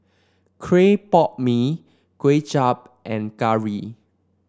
Clay Pot Mee Kway Chap and curry